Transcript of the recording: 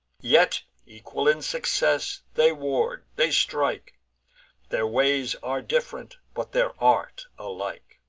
yet equal in success, they ward, they strike their ways are diff'rent, but their art alike.